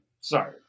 Sorry